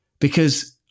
Because-